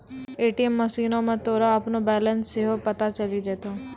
ATM मशीनो मे तोरा अपनो बैलेंस सेहो पता चलि जैतै